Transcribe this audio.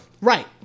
Right